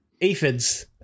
aphids